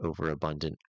overabundant